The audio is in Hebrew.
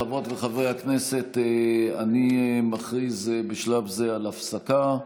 חברות וחברי הכנסת, אני מכריז בשלב זה על הפסקה,